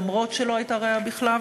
אף-על-פי שלא הייתה ראיה בכתב,